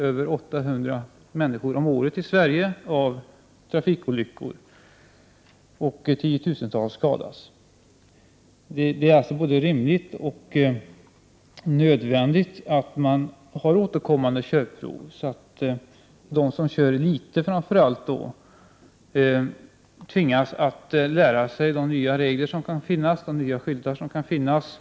Över 800 människor dör varje år i trafikolyckor i Sverige och tiotusentals skadas. Det är alltså både rimligt och nödvändigt med återkommande körkortsprov. På så sätt tvingas framför allt de som kör litet att lära sig de nya regler och skyltar som finns.